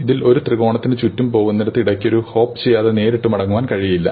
ഇതിൽ ഒരു ത്രികോണത്തിന് ചുറ്റും പോകുന്നിടത്ത് ഇടയ്ക്കിടെ ഹോപ്പ് ചെയ്യാതെ നേരിട്ട് മടങ്ങാൻ കഴിയില്ല